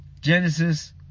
Genesis